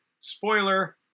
spoiler